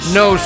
no